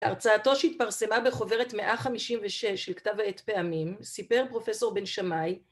הרצאתו שהתפרסמה בחוברת 156 של כתב העת "פעמים", סיפר פרופסור בן שמאי